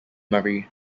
murray